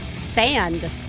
sand